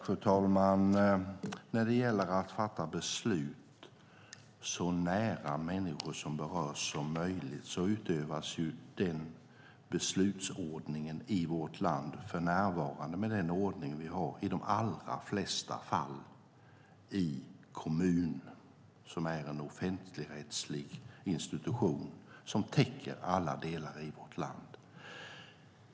Fru talman! Den beslutsordning där beslut fattas så nära människor som berörs som möjligt tillämpas i vårt land för närvarande i de allra flesta fall i kommunerna, som är en offentligrättslig institution som täcker alla delar av landet.